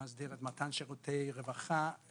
שמסדיר מתן שירותי רווחה.